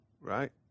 right